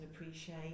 appreciate